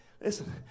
Listen